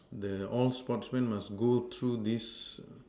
the all sportsman must go through these